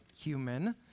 human